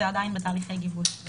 זה עדיין בתהליכי גיבוש.